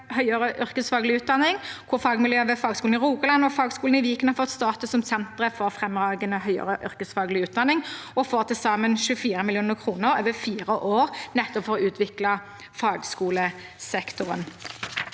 høyere yrkesfaglig utdanning. Fagmiljøet ved Fagskolen Rogaland og Fagskolen Viken har fått status som sentre for fremragende høyere yrkesfaglig utdanning og får til sammen 24 mill. kr over fire år, nettopp for å utvikle fagskolesektoren.